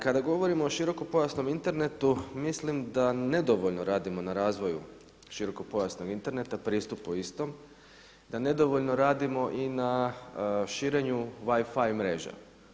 Kada govorimo o širokopojasnom internetu mislim da nedovoljno radimo na razvoju širokopojasnog interneta, pristupu istom, na nedovoljno radimo i na širenju WiFi mreže.